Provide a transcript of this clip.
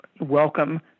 welcome